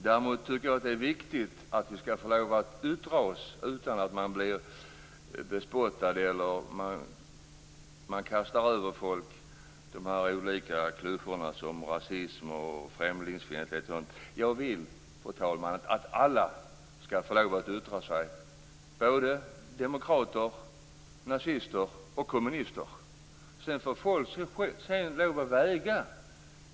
Däremot tycker jag att det är viktigt att vi skall få yttra oss utan att bli bespottade eller att man kastar över oss de olika klyschorna om rasism och främlingsfientlighet. Jag vill, fru talman, att alla skall få lov att yttra sig, både demokrater, nazister och kommunister. Sedan får folk väga.